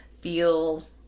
feel